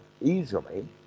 easily